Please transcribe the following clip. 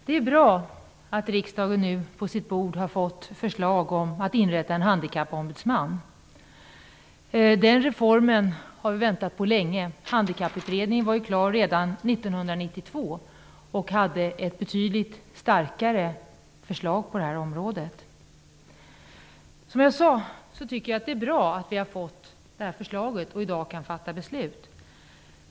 Herr talman! Det är bra att riksdagen har fått ett förslag om att inrätta en Handikappombudsman. Vi har väntat länge på den reformen. Handikapputredningen var klar redan 1992 och hade ett betydligt starkare förslag på området. Jag tycker att det är bra att vi har fått förslaget och att vi i dag kan fatta beslut.